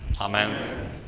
Amen